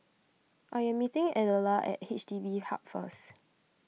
I am meeting Adela at H D B Hub first